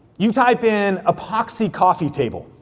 you type in epoxy coffee table.